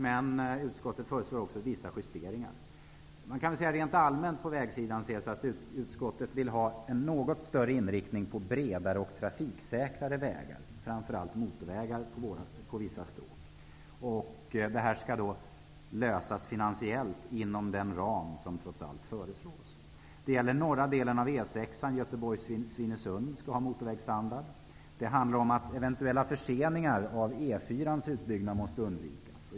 Men utskottet föreslår också vissa justeringar. Rent allmänt vill utskottet ha en något större inriktning på bredare och trafiksäkrare vägar, framför allt motorvägar, på vissa sträckor. Det här skall finansiellt lösas inom den ram som föreslås. Norra delen av E 6, Göteborg-Svinesund, skall få motorvägsstandard. Det handlar om att eventuella förseningar av utbyggnaden av E 4 måste undvikas.